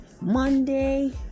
Monday